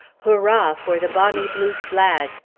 hurra! for the bonny blue flag!